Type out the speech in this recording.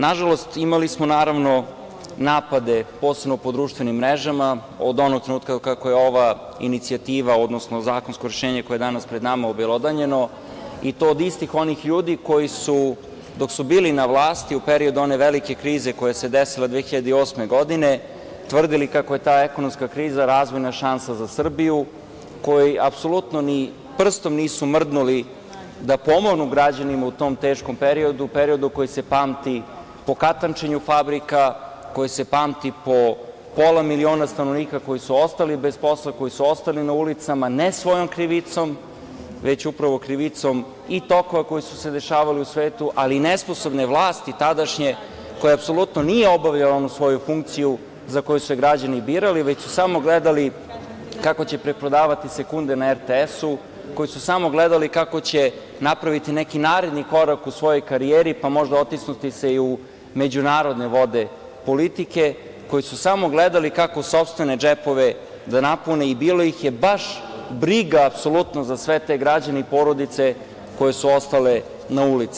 Nažalost, imali smo naravno napade, posebno po društvenim mrežama od onog trenutka od kako je ova inicijativa, odnosno zakonsko rešenje koje je danas pred nama obelodanjeno i to od istih onih ljudi koji su, dok su bili na vlasti u periodu one velike krize koja se desila 2008. godine, tvrdili kako je ta ekonomska kriza razvojna šansa za Srbiju, koji apsolutno ni prstom nisu mrdnuli da pomognu građanima u tom teškom periodu, periodu koji se pamti po katančenju fabrika, koji se pamti po pola miliona stanovnika koji su ostali bez posla, koji su ostali na ulicama, ne svojom krivicom, već upravo krivicom i tokova koji su se dešavali u svetu, ali i nesposobne vlasti tadašnje, koja apsolutno nije obavljala onu svoju funkciju za koju su je građani birali, već su samo gledali kako će preprodavati sekunde na RTS-u, koji su samo gledali kako će napraviti neki naredni korak u svojoj karijeri pa možda otisnuti se i u međunarodne vode politike, koji su samo gledali kako sopstvene džepove da napune i bilo ih je baš briga apsolutno za sve te građane i porodice koje su ostale na ulici.